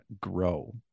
grow